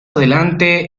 adelante